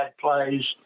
plays